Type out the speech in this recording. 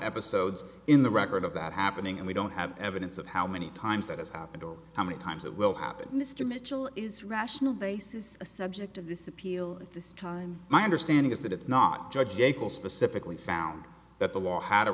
episodes in the record of that happening and we don't have evidence of how many times that has happened or how many times it will happen mr is rational basis is a subject of this appeal at this time my understanding is that it's not judge yankel specifically found that the law had a